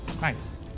Nice